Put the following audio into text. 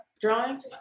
drawing